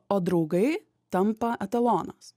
o draugai tampa etalonas